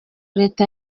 leta